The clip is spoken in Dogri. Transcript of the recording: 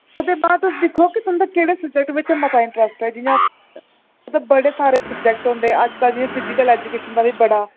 ओह्दे बाद तुस दिक्खो की तुं'दा केह्ड़े सब्जैक्ट बिच मता इंटरैस्ट ऐ जि'यां बड़े सारे सब्जैक्ट होंदे अजकल जि'यां फिजिकल ऐजुकेशन दा बी बड़ा